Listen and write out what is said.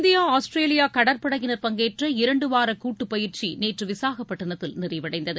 India Australia கடற்படையினர் பங்கேற்ற இரண்டு வார கூட்டுப்பயிற்சி நேற்று விசாகப்பட்டிணத்தில் நிறைவடைந்தது